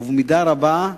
ובמידה רבה,